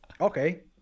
Okay